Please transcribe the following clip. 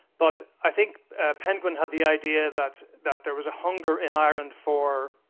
but i think penguin had the idea that that there was a hunger in ireland for